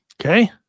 Okay